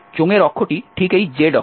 চোঙের অক্ষটি ঠিক এই z অক্ষ